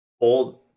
old